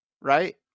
right